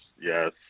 yes